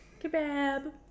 kebab